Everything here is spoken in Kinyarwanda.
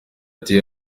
ati